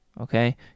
okay